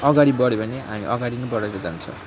अगाडि बढ्यो भने हामी अगाडि नै बडेर जान्छ